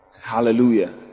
Hallelujah